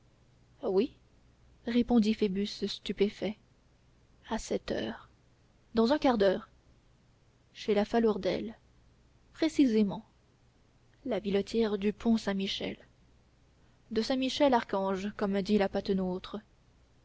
oui répondit phoebus stupéfait à sept heures dans un quart d'heure chez la falourdel précisément la vilotière du pont saint-michel de saint michel archange comme dit la